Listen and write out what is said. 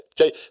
Okay